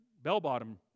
bell-bottom